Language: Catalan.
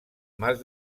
mas